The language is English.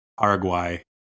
Paraguay